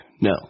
No